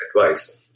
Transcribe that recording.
advice